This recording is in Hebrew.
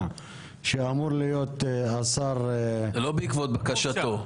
שאמור להיות השר --- זה לא בעקבות בקשתו,